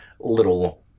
little